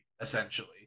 essentially